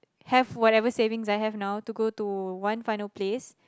have whatever savings I have now to go to one final place